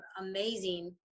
amazing